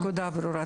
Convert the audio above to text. הנקודה ברורה.